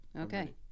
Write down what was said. Okay